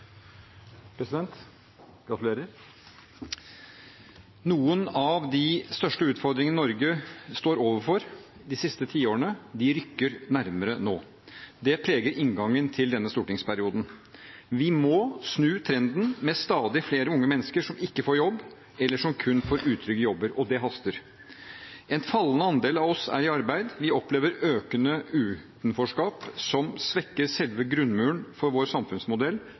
President – gratulerer! Noen av de største utfordringene Norge har stått overfor de siste tiårene, rykker nærmere nå. Det preger inngangen til denne stortingsperioden. Vi må snu trenden med stadig flere unge mennesker som ikke får jobb, eller som kun får utrygge jobber. Det haster. En fallende andel av oss er i arbeid, vi opplever økende utenforskap, som svekker selve grunnmuren for vår samfunnsmodell